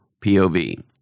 POV